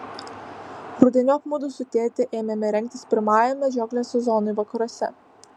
rudeniop mudu su tėte ėmėme rengtis pirmajam medžioklės sezonui vakaruose